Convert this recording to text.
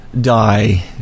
die